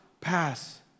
Pass